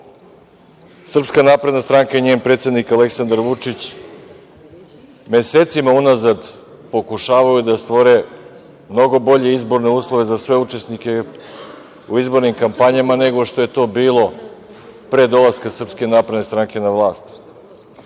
jeste da SNS i njen predsednik Aleksandar Vučić mesecima unazad pokušavaju da stvore mnogo bolje izborne uslove za sve učesnike u izbornim kampanja nego što je to bilo pre dolaska SNS na vlast.